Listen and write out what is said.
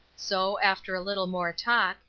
so, after a little more talk,